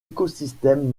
écosystème